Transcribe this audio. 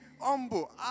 humble